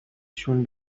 چون